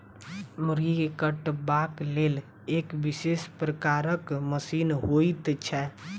मुर्गी के कटबाक लेल एक विशेष प्रकारक मशीन होइत छै